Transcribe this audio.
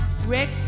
Rick